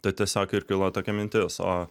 tad tiesiog ir kilo tokia mintis o